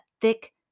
thick